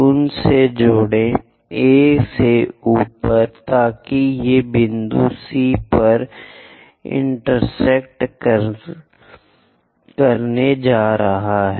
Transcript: उनसे जुड़ें A से ऊपर ताकि ये बिंदु C पर इंटेरसेक्ट करने जा रहे हैं